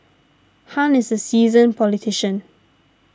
Han is a seasoned politician